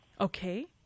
Okay